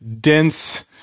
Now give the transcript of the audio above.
dense